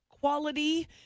quality